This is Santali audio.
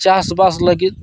ᱪᱟᱥᱵᱟᱥ ᱞᱟᱹᱜᱤᱫ